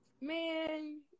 Man